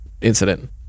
incident